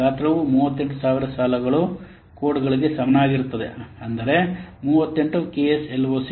ಗಾತ್ರವು 38000 ಸಾಲುಗಳ ಕೋಡ್ಗಳಿಗೆ ಸಮಾನವಾಗಿರುತ್ತದೆ ಅಂದರೆ 38 K S L O C